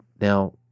now